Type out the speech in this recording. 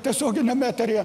tiesioginiam eteryje